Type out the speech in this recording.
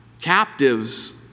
Captives